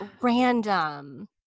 random